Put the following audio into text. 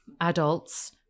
adults